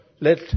let